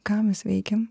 ką mes veikiam